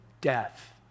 death